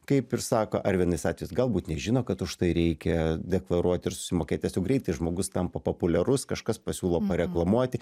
kaip ir sako ar vienais atvejais galbūt nežino kad už tai reikia deklaruot ir susimokėt tiesiog greitai žmogus tampa populiarus kažkas pasiūlo pareklamuoti